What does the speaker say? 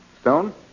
Stone